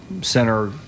center